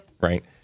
Right